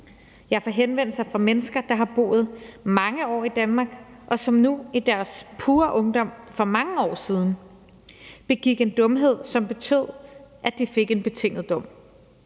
Jeg får henvendelser fra mennesker, der har boet mange år i Danmark, og som i deres pure ungdom for mange år siden begik en dumhed, som betød, at de fik en betinget dom.